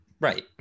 Right